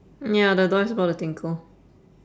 ya the dog is about to tinkle